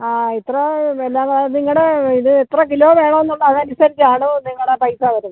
ആ ഇത്ര നിങ്ങളുടെ ഇത് എത്ര കിലോ വേണം എന്നുള്ള അതനുസരിച്ചാണ് നിങ്ങളെ പൈസ വരുന്നത്